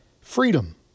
Freedom